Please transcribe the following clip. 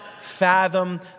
fathom